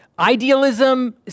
idealism